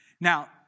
Now